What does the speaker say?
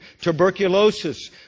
Tuberculosis